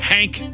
Hank